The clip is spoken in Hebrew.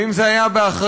ואם זה היה באחריותו,